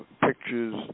pictures